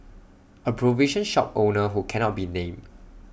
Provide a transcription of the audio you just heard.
A provision shop owner who cannot be named